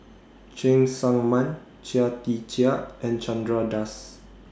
Cheng Tsang Man Chia Tee Chiak and Chandra Das